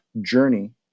journey